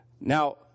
Now